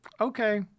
okay